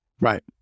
right